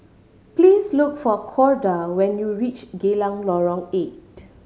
please look for Corda when you reach Geylang Lorong Eight